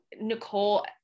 Nicole